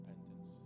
repentance